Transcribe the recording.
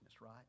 right